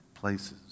places